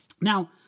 Now